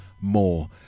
more